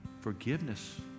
forgiveness